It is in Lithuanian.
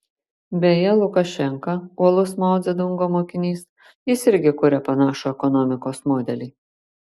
beje lukašenka uolus mao dzedungo mokinys jis irgi kuria panašų ekonomikos modelį